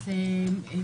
אדוני.